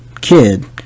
kid